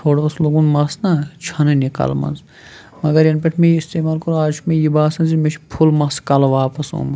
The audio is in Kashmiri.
تھوڑا اوس لوٚگُن مَس نا چھوٚننہٕ کَلہٕ منٛز مگر یَنہٕ پٮ۪ٹھ مےٚ یہِ استعمال کوٚر آز چھُ مےٚ یہِ باسان زِ مےٚ چھُ فُل مَس کَلہٕ واپَس ٲمُت